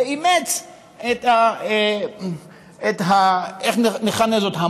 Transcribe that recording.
אימץ, איך נכנה זאת?